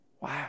Wow